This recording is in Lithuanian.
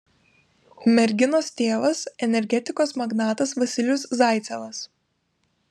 merginos tėvas energetikos magnatas vasilijus zaicevas